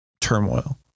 turmoil